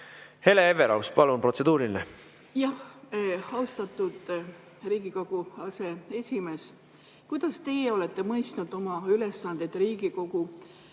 Hele Everaus, palun, protseduuriline! Austatud Riigikogu aseesimees! Kuidas teie olete mõistnud oma ülesandeid Riigikogu